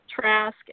Trask